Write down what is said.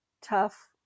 tough